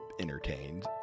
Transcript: entertained